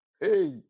hey